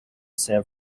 san